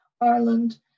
Ireland